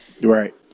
right